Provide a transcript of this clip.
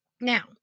Now